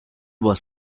was